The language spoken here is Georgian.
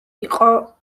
იყო